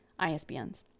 ISBNs